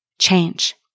change